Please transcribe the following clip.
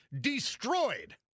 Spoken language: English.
destroyed